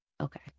okay